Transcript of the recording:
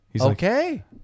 okay